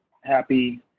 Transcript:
happy